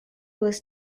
was